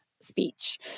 speech